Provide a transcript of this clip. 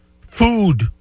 food